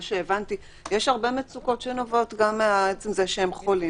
יש הרבה מצוקות שנובעות מעצם זה שהם חולים